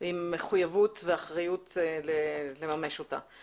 עם מחויבות ואחראיות לממש אותה.